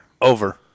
Over